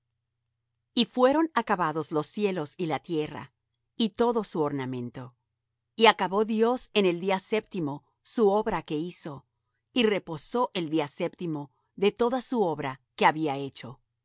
y fueron acabados los cielos y la tierra y todo su ornamento y acabó dios en el día séptimo su obra que hizo y reposó el día séptimo de toda su obra que había hecho